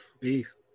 Peace